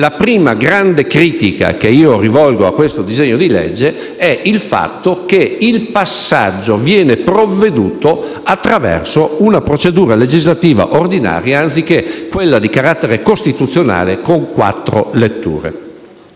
La prima grande critica che rivolgo a questo disegno di legge è il fatto che il passaggio viene provveduto attraverso una procedura legislativa ordinaria, anziché quella di carattere costituzionale con quattro letture.